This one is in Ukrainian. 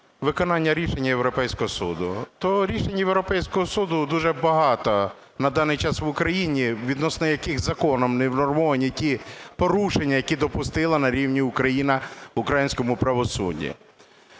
виконання рішення Європейського суду. То рішень Європейського суду дуже багато на даний час в Україні, відносно яких законом не внормовані ті порушення, які допустили на рівні України в українському правосудді.